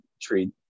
treat